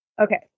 Okay